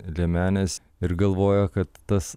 liemenės ir galvoja kad tas